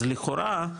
אז לכאורה,